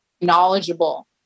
knowledgeable